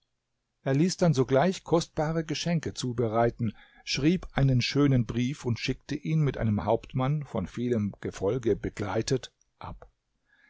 er ließ dann sogleich kostbare geschenke zubereiten schrieb einen schönen brief und schickte ihn mit einem hauptmann von vielem gefolge begleitet ab